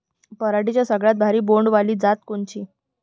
पराटीची सगळ्यात भारी बोंड वाली जात कोनची?